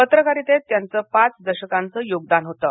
पत्रकारितेत त्यांचं पाच दशकाचं योगदान होतं